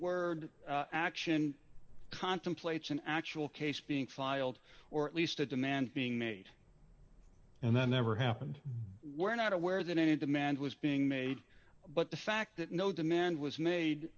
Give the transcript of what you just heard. word action contemplates an actual case being filed or at least a demand being made and that never happened we're not aware that any demand was being made but the fact that no demand was made